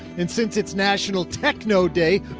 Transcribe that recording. and since it's national techno day,